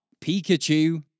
Pikachu